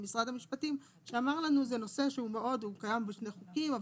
משרד המשפטים שאמר לנו שזה נושא שהוא קיים בשני חוקים,